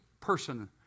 person